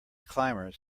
climbers